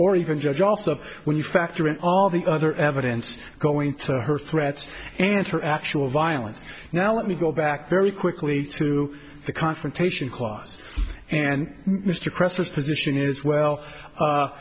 or even judge also when you factor in all the other evidence going to her threats and her actual violence now let me go back very quickly to the confrontation clause and mr presser position is well